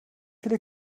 viele